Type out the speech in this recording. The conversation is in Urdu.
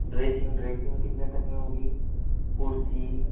ڈریسنگ ڈریسنگ کتنے تک میں ہوگی کرسی